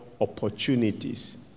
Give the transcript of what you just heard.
opportunities